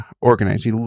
organized